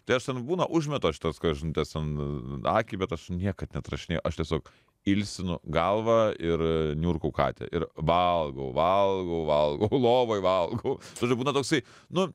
tai aš ten būna užmetu aš į tas žinutes ten akį bet aš niekad neatrašinėju aš tiesiog ilsinu galvą ir niurkau katę ir valgau valgau valgau lovoje valgau žodžiu būna toksai nu